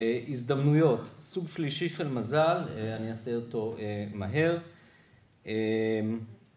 ‫הזדמנויות, סוג שלישי של מזל, ‫אני אעשה אותו מהר.